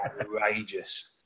outrageous